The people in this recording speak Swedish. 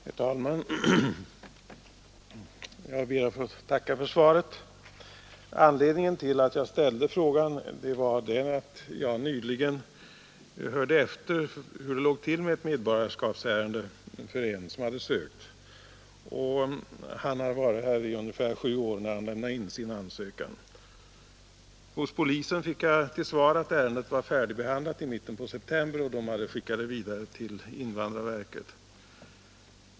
Herr talman! Jag ber att få tacka för svaret. Anledning till att ställa frågan fick jag när jag nyligen hörde efter hur det låg till med ett medborgarskapsärende för en som hade sökt. Han hade varit här i ungefär sju år, när han lämnade in ansökan. Hos polisen fick jag till svar att ärendet var färdigbehandlat i mitten av september och att man skickat det vidare till invandrarverket.